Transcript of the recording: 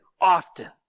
often